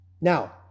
Now